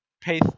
pay